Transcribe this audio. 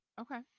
okay